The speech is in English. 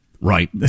Right